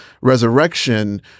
resurrection